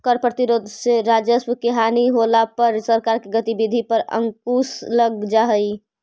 कर प्रतिरोध से राजस्व के हानि होला पर सरकार के गतिविधि पर अंकुश लग जा हई